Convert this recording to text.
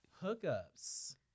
hookups